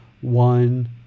one